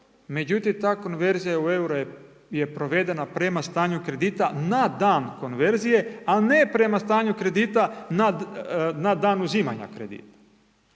međutim ta konverzija u eure je provedena prema stanju kredita na dan konverzije, a ne prema stanju kredita na dan uzimanja kredita.